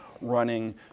running